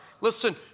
listen